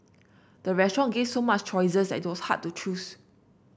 the restaurant gave so much choices that it was hard to choose